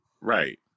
Right